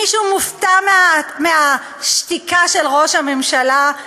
מישהו מופתע מהשתיקה של ראש הממשלה?